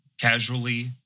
casually